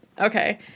Okay